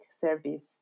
service